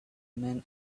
men